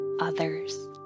others